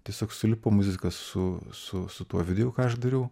tiesiog sulipo muzika su su su tuo ką aš dariau